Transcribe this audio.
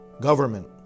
government